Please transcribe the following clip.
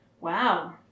Wow